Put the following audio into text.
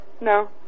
No